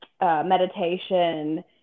Meditation